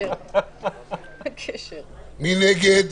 מי נגד?